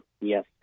yes